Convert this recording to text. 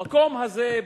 במקום הזה,